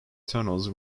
tunnels